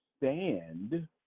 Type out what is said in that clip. stand